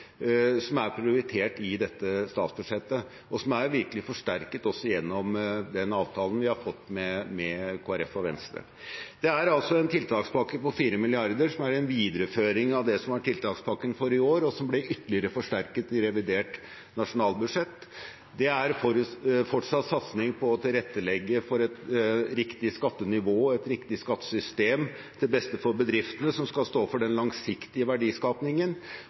som er prioritert i dette statsbudsjettet, og som virkelig også er forsterket gjennom den avtalen vi har fått med Kristelig Folkeparti og Venstre. Det er en tiltakspakke på 4 mrd. kr, som er en videreføring av det som var tiltakspakken for i år, og som ble ytterligere forsterket i revidert nasjonalbudsjett. Det er fortsatt satsing på å tilrettelegge for et riktig skattenivå og et riktig skattesystem til beste for bedriftene som skal stå for den langsiktige